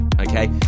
okay